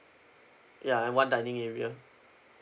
ya and one dining area